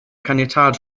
caniatâd